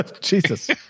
Jesus